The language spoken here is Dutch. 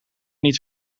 niet